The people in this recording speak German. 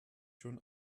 schon